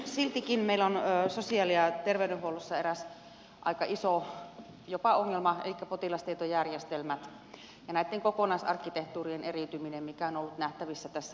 meillä on sosiaali ja terveydenhuollossa eräs aika iso jopa ongelma elikkä potilastietojärjestelmät ja näitten kokonaisarkkitehtuurien eriytyminen mikä on ollut nähtävissä tässä vuosien saatossa